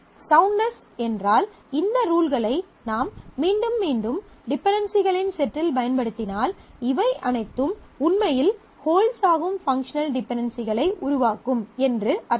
soundness என்றால் இந்த ரூல்களை நாம் மீண்டும் மீண்டும் டிபென்டென்சிகளின் செட்டில் பயன்படுத்தினால் இவை அனைத்தும் உண்மையில் ஹோல்ட்ஸ் ஆகும் பங்க்ஷனல் டிபென்டென்சிகளை உருவாக்கும் என்று அர்த்தம்